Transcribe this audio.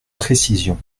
précision